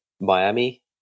Miami